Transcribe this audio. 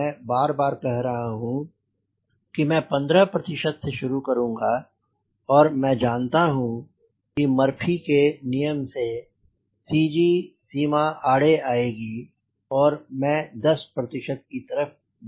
मैं बार बार कह रहा हूँ मैं 15 प्रतिशत से शुरू करूँगा और मई जनता हूँ कि मर्फी के नियम से CG सीमा आड़े आएगी और मैं 10 प्रतिशत की तरफ बढूंगा